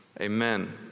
Amen